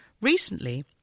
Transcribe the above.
recently